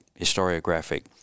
historiographic